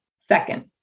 second